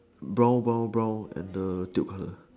brown brown brown and the tube colour